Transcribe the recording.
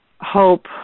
hope